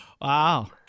wow